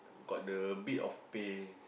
got the a bit of pays